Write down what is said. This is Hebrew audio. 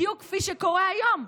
בדיוק כפי שקורה היום.